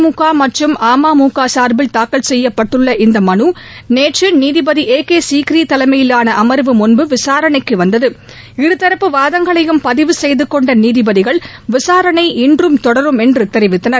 திமுக மற்றும் அமுக சார்பில் தாக்கல் செய்யப்பட்டுள்ள இந்த மலு நேற்று நீதிபதி ஏ கே சிக்ரி தலைமையிலான அமர்வு முன்பு விசாரணைக்கு வந்தது இருதரப்பு வாதங்களையும் பதிவு செய்து கொண்ட நீதிபதிகள் விசாரணை இன்றும் தொடரும் என்று தெரிவித்தனர்